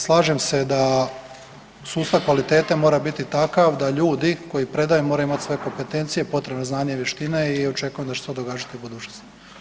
Slažem se da sustav kvalitete mora biti takav da ljudi koji predaju moraju imati sve kompetencije, potrebna znanja i vještine i očekujem da će se to događati i u budućnosti.